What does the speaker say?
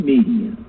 Media